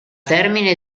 termine